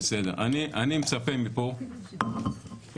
תודה.